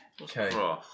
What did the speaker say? Okay